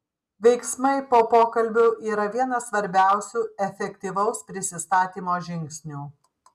veiksmai po pokalbio yra vienas svarbiausių efektyvaus prisistatymo žingsnių